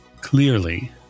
clearly